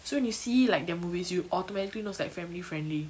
so when you see like their movies you automatically know it's like family friendly